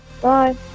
bye